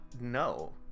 no